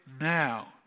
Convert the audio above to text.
now